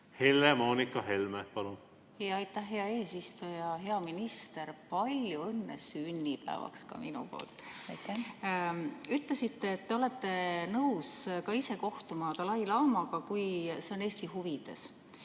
Helle-Moonika Helme, palun! Aitäh, hea eesistuja! Hea minister! Palju õnne sünnipäevaks ka minu poolt! Ütlesite, et te olete nõus ka ise kohtuma dalai-laamaga, kui see on Eesti huvides.